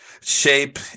shape